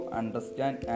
understand